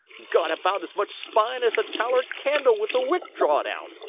got about as much spine as a taller candle with the wick drawed out,